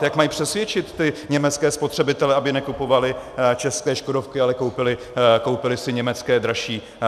Jak mají přesvědčit ty německé spotřebitele, aby nekupovali české škodovky, ale koupili si německé dražší Audi?